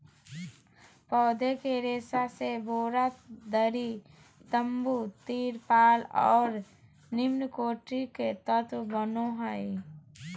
पौधे के रेशा से बोरा, दरी, तम्बू, तिरपाल और निम्नकोटि के तत्व बनो हइ